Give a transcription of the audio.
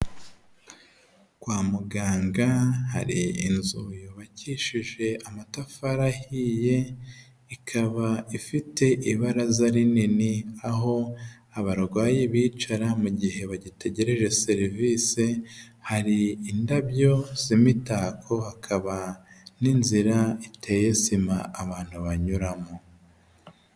Kwa muganga hari inzu yubakishije amatafari ahiye, ikaba ifite ibaraza rinini aho abarwayi bicara mu gihe bagitegereje serivise. Hari indabyo z'imitako hakaba n'inzira iteye sima abantu banyuramo.